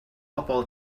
bobol